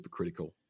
supercritical